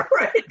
right